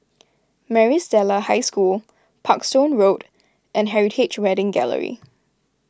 Maris Stella High School Parkstone Road and Heritage Wedding Gallery